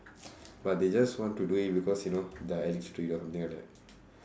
but they just want to do it because you know their trigger or something like that